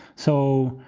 so,